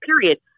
period